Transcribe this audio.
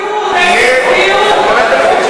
איזו צביעות, איזו צביעות.